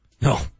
No